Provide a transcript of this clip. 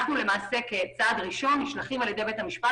אנחנו כצעד ראשון נשלחים על ידי בית המשפט